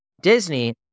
Disney